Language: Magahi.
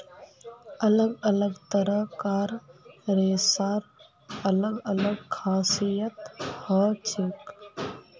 अलग अलग तरह कार रेशार अलग अलग खासियत हछेक